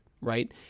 right